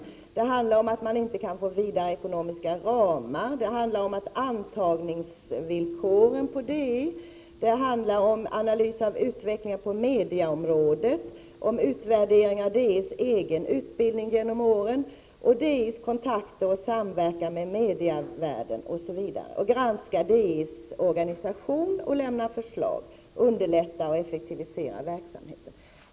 Direktiven handlar om att man inte kan få vidare ekonomiska ramar, om antagningsvillkoren vid DI, om analys av utvecklingen av medieområdet, om utvärdering av DI:s egen utbildning genom åren, DI:s kontakter och samverkan med medievärlden, att DI:s organisation skall granskas och att lämna förslag som kan underlätta och effektivisera verksamheten.